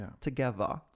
together